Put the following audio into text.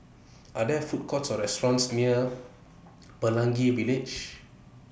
Are There Food Courts Or restaurants near Pelangi Village